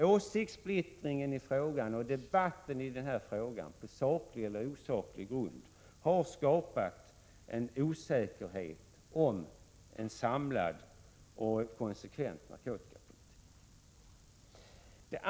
Åsiktssplittringen och debatten i denna fråga — på saklig eller osaklig grund — har skapat osäkerhet i fråga om en samlad och konsekvent narkotikapolitik.